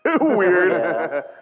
Weird